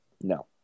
No